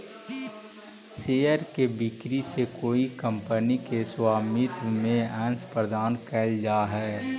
share के बिक्री से कोई कंपनी के स्वामित्व में अंश प्रदान कैल जा हइ